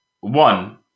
one